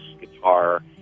guitar